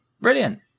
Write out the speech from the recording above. Brilliant